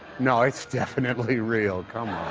no. it's definitely real. come on.